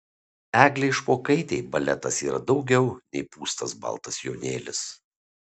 eglei špokaitei baletas yra daugiau nei pūstas baltas sijonėlis